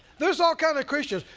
there's all kinds of christians,